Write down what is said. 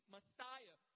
Messiah